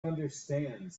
understands